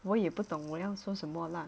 我也不懂我要说什么 lah